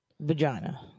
vagina